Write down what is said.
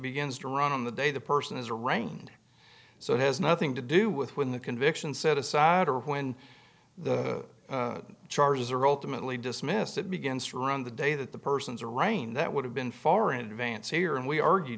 begins to run on the day the person is arraigned so it has nothing to do with when the conviction set aside or when the charges are ultimately dismissed it begins from the day that the persons arraigned that would have been far in advance here and we argue